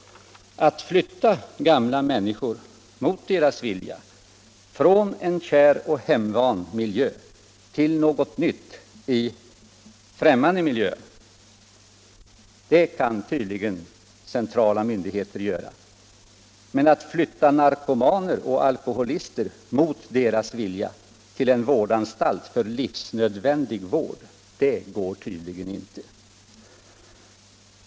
Att flytta gamla människor mot deras vilja från en kär och hemvan miljö till något nytt i främmande miljö kan tydligen centrala myndigheter göra. Men flytta narkomaner och alkoholister mot deras vilja till en vårdanstalt för livsnödvändig vård det går tydligen inte.